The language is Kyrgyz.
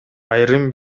айрым